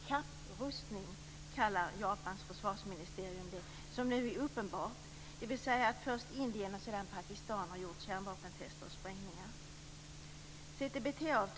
Kapprustning kallar Japans försvarsministerium det som nu är uppenbart, dvs. att först Indien och sedan Pakistan har gjort kärnvapentester och sedan sprängningar.